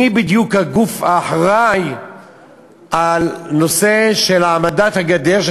מי בדיוק הגוף האחראי לנושא של העמדת הגדר,